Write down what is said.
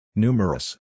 Numerous